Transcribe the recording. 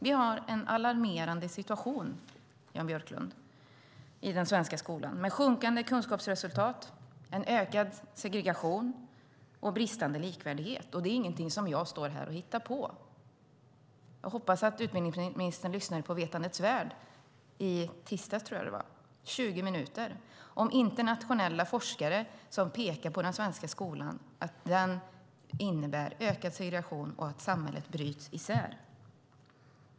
Vi har en alarmerande situation, Jan Björklund, i den svenska skolan med sjunkande kunskapsresultat, en ökad segregation och bristande likvärdighet. Det är ingenting som jag hittar på. Jag hoppas att utbildningsministern lyssnade på Vetandets värld i tisdags, 20 minuter, om internationella forskare som pekar på att den svenska skolan innebär ökad segregation och att samhället bryts isär.